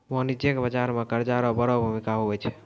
वाणिज्यिक बाजार मे कर्जा रो बड़ो भूमिका हुवै छै